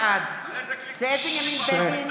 בעד זאב בנימין בגין,